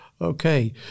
Okay